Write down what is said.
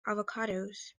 avocados